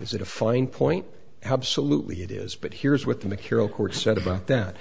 is it a fine point absolutely it is but here's what the material court said about that